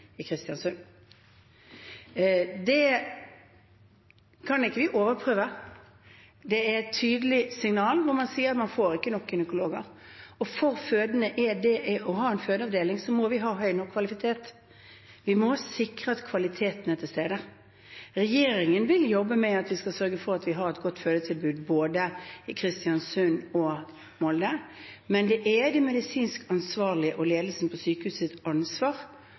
i Kristiansund. Det kan ikke vi overprøve. Det er et tydelig signal – man sier at man ikke får nok gynekologer. For å ha en fødeavdeling må vi ha høy nok kvalitet, vi må sikre at kvaliteten er til stede. Regjeringen vil jobbe med at vi skal sørge for at vi har et godt fødetilbud både i Kristiansund og i Molde, men det er de medisinsk ansvarlige og ledelsen på sykehuset som har ansvar